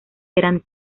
eran